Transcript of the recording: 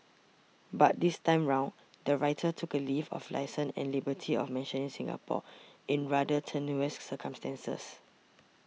but this time round the writer took a leave of licence and liberty of mentioning Singapore in rather tenuous circumstances